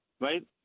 right